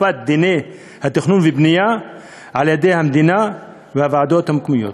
אכיפת דיני התכנון והבנייה על-ידי המדינה והוועדות המקומיות.